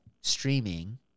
streaming